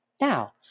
Now